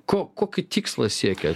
ko kokį tikslą siekia